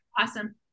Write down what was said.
Awesome